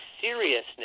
seriousness